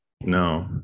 No